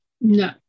No